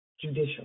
judicial